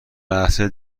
لحظه